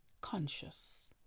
conscious